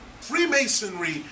Freemasonry